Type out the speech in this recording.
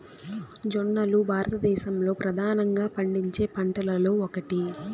జొన్నలు భారతదేశంలో ప్రధానంగా పండించే పంటలలో ఒకటి